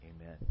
Amen